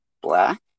black